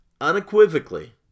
unequivocally